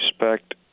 respect